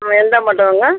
ஆ எந்த மண்டபங்க